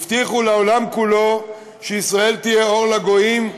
והבטיחו לעולם כולו שישראל תהיה אור לגויים,